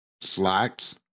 Slacks